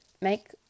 make